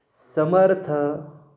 समर्थ